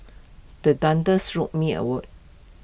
the thunders jolt me awake